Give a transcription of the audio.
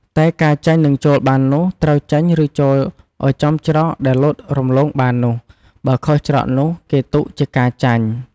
តែការចេញនិងចូលបាននោះត្រូវចេញ ឬចួលឲ្យចំច្រកដែលលោតរំលងបាននោះ បើខុសច្រកនោះ គេទុកជាការចាញ់។